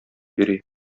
йөри